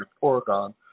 Oregon